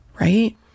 right